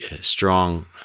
strong